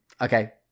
Okay